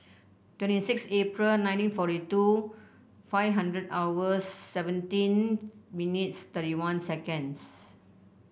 twenty six April nineteen forty two five hundred hours seventeen millions thirty one seconds